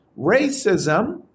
Racism